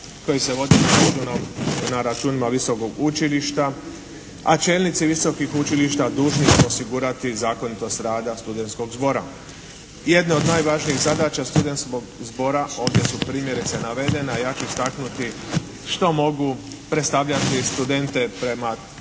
koji se vodi na računima visokog učilišta. A čelnici visokih učilišta dužni su osigurati zakonitost rada studenskog zbora. I jedna od najvažnijih zadaća studenskog zbora, ovdje su primjerice navedena, ja ću istaknuti što mogu, predstavljati studente pred tijelima